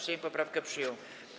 Sejm poprawkę przyjął.